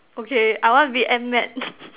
okay I want to be Ant Man